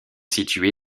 situé